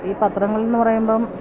ഈ പത്രങ്ങളെന്ന് പറയുമ്പോള്